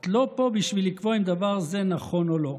את לא פה בשביל לקבוע אם דבר זה נכון או לא,